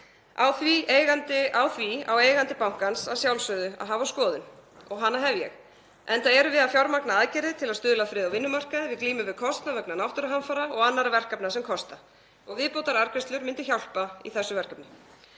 Á því á eigandi bankans að sjálfsögðu að hafa skoðun og hana hef ég, enda erum við að fjármagna aðgerðir til að stuðla að friði á vinnumarkaði, við glímum við kostnað vegna náttúruhamfara og annarra verkefna sem kosta og viðbótararðgreiðslur myndu hjálpa í því verkefni.